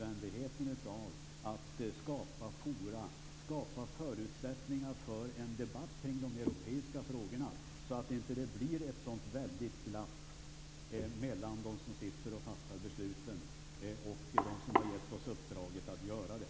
Det är nödvändigt att skapa forum, att skapa förutsättningar för en debatt kring de europeiska frågorna så att det inte blir ett så väldigt glapp mellan oss som sitter och fattar besluten och dem som givit oss i uppdrag att göra det.